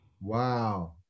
Wow